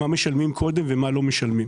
מה משלמים קודם ומה לא משלמים.